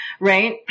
right